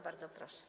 Bardzo proszę.